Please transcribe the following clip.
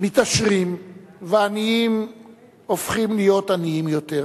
מתעשרים והעניים הופכים להיות עניים יותר,